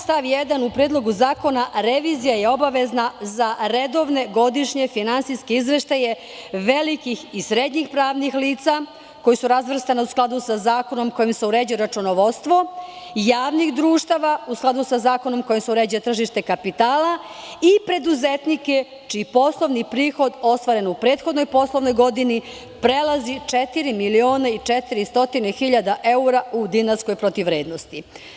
Stav 1. u Predlogu zakona kaže – revizija je obavezna za redovne godišnje finansijske izveštaje velikih i srednjih pravnih lica, koji su razvrstani u skladu sa zakonom kojim se uređuje računovodstvo, i javnih društava u skladu sa zakonom kojim se uređuje tržište kapitala i preduzetnike čiji poslovni prihod ostvaren u prethodnoj poslovnoj godini prelazi četiri miliona i 400 hiljada evra u dinarskoj protivvrednosti.